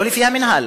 לא לפי המינהל.